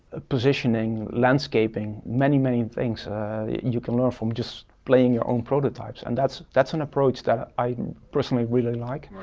ah positioning, landscaping, many, many things you can learn from just playing your own prototypes, and that's that's an approach that ah i personally really like.